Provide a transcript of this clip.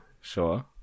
Sure